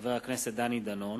מאת חבר הכנסת דני דנון,